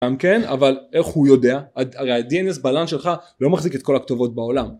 גם כן, אבל איך הוא יודע? הרי ה-dns ב-lan שלך לא מחזיק את כל הכתובות בעולם